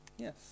Yes